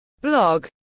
blog